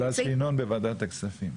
התשס"א-2000,